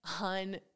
on